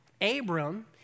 Abram